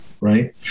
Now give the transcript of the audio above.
right